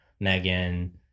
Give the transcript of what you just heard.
Megan